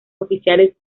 oficiales